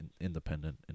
independent